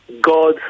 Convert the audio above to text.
God